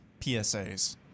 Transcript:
PSAs